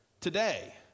today